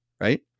right